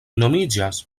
nomiĝas